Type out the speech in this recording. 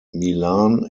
milan